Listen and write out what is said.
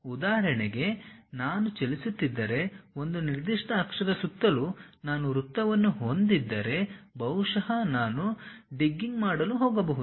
ಉದಾಹರಣೆಗೆ ನಾನು ಚಲಿಸುತ್ತಿದ್ದರೆ ಒಂದು ನಿರ್ದಿಷ್ಟ ಅಕ್ಷದ ಸುತ್ತಲೂ ನಾನು ವೃತ್ತವನ್ನು ಹೊಂದಿದ್ದರೆ ಬಹುಶಃ ನಾನು ಡಿಗ್ಗಿನ್ಗ್ ಮಾಡಲು ಹೋಗಬಹುದು